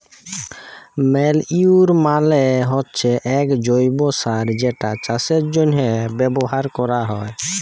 ম্যালইউর মালে হচ্যে এক জৈব্য সার যেটা চাষের জন্হে ব্যবহার ক্যরা হ্যয়